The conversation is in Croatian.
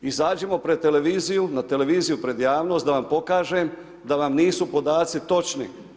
Izađimo pred televiziju, na televiziju pred javnost, da vam pokažem da vam nisu podaci točni.